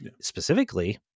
Specifically